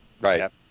Right